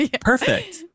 Perfect